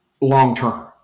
long-term